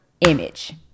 image